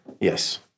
Yes